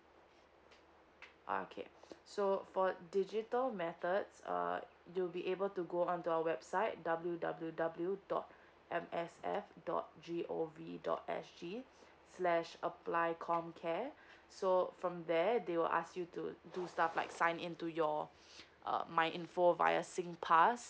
okay so for digital methods uh do be able to go on to our website W W W dot M S F dot G O V dot S G slash apply comcare so from there they will ask you to do stuff like sign into your uh my info via sign pass